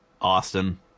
Austin